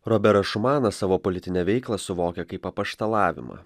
roberas šumanas savo politinę veiklą suvokė kaip apaštalavimą